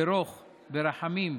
ברוך, ברחמים.